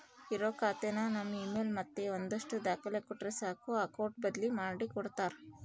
ಇರೋ ಖಾತೆನ ನಮ್ ಇಮೇಲ್ ಮತ್ತೆ ಒಂದಷ್ಟು ದಾಖಲೆ ಕೊಟ್ರೆ ಸಾಕು ಅಕೌಟ್ ಬದ್ಲಿ ಮಾಡಿ ಕೊಡ್ತಾರ